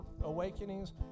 awakenings